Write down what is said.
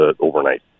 overnight